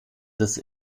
des